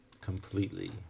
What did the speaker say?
completely